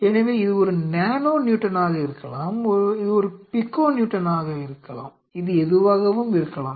எனவே இது ஒரு நானோ நியூட்டனாக இருக்கலாம் இது ஒரு பிகோ நியூட்டனாக இருக்கலாம் இது எதுவாகவும் இருக்கலாம்